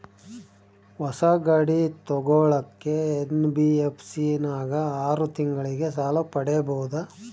ಹೊಸ ಗಾಡಿ ತೋಗೊಳಕ್ಕೆ ಎನ್.ಬಿ.ಎಫ್.ಸಿ ನಾಗ ಆರು ತಿಂಗಳಿಗೆ ಸಾಲ ಪಡೇಬೋದ?